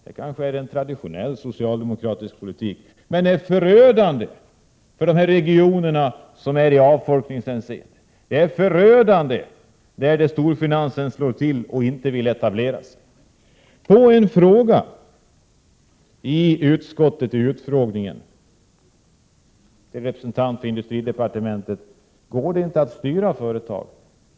Det är kanske traditionell socialdemokratisk politik. Men den är förödande för dessa avfolkningsregioner. Det är förödande när storfinansen slår till och inte vill etablera sig. Vid en utfrågning i utskottet ställdes en fråga till representanten för industridepartementet: Går det inte att styra företagen?